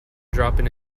dropping